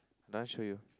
I don't want show you